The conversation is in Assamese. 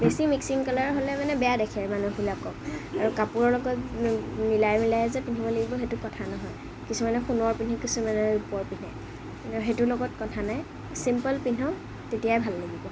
বেছি মিক্সিং কালাৰ হ'লে মানে বেয়া দেখে আৰু মানুহবিলাকক আৰু কাপোৰৰ লগত মিলাই মিলাই যে পিন্ধিব লাগিব সেইটো কথা নহয় কিছুমানে সোণৰ পিন্ধে কিছুমানে ৰূপৰ পিন্ধে সেইটোৰ লগত কথা নাই চিম্পল পিন্ধক তেতিয়াই ভাল লাগিব